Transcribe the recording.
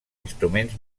instruments